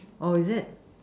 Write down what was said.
oh is it